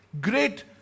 great